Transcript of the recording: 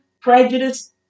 prejudice